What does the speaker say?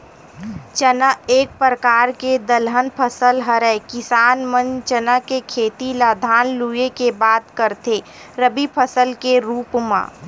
चना एक परकार के दलहन फसल हरय किसान मन चना के खेती ल धान लुए के बाद करथे रबि फसल के रुप म